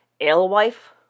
alewife